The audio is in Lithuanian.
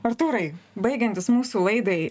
artūrai baigiantis mūsų laidai